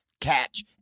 Catch